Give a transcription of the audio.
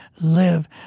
live